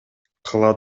кыла